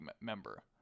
member